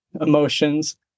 emotions